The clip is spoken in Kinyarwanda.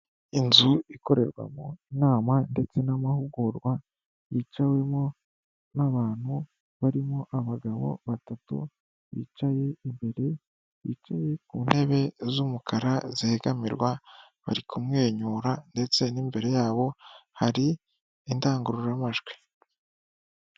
Inzu ikorerwamo inama ndetse n'amahugurwa yicawemo n'abantu barimo abagabo batatu bicaye imbere, bicaye ku ntebe z'umukara zegamirwa bari kumwenyura ndetse n'imbere yabo hari indangururamajwi.